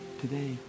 today